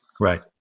right